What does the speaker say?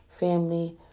Family